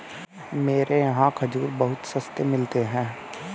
मेरे यहाँ खजूर बहुत सस्ते मिलते हैं